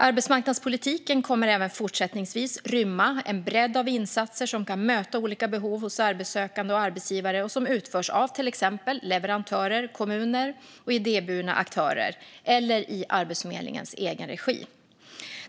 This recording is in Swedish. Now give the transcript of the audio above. Arbetsmarknadspolitiken kommer även fortsättningsvis att rymma en bredd av insatser som kan möta olika behov hos arbetssökande och arbetsgivare och som utförs av till exempel leverantörer, kommuner och idéburna aktörer eller i Arbetsförmedlingens egen regi.